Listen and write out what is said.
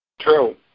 True